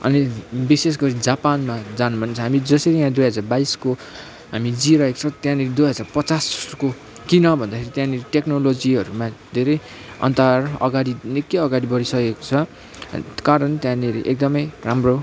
अनि विशेष गरी जापानमा जानु मन छ हामी जसरी यहाँ दुई हजार बाइसको हामी जिइरहेको त्यहाँनिर दुई हजार पचासको किन भन्दाखेरि त्यहाँनिर टेक्नोलोजीहरूमा धेरै अन्तर अगाडि निक्कै अगाडि बडिसकेको छ कारण त्यहाँनिर एकदमै राम्रो